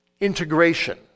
integration